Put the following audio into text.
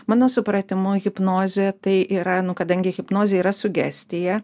mano supratimu hipnozė tai yra kadangi hipnozė yra sugestija